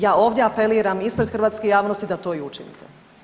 Ja ovdje apeliram ispred hrvatske javnosti da to i učinite.